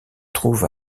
trouve